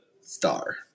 star